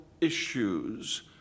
issues